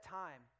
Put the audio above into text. time